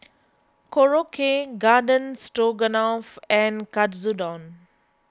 Korokke Garden Stroganoff and Katsudon